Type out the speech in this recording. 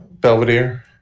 Belvedere